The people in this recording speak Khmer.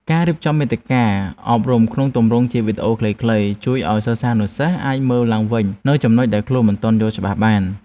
ការរៀបចំមាតិកាអប់រំក្នុងទម្រង់ជាវីដេអូខ្លីៗជួយឱ្យសិស្សានុសិស្សអាចមើលឡើងវិញនូវចំណុចដែលខ្លួនមិនទាន់យល់ច្បាស់បាន។